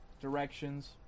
directions